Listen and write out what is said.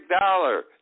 dollar